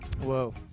Whoa